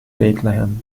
bethlehem